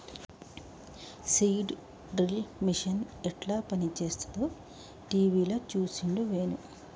seed drill machine యెట్ల పనిచేస్తదో టీవీల చూసిండు వేణు